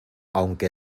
aunque